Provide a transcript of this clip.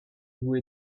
vous